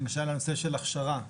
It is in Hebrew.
למשל, בנושא הכשרה והשתלמויות,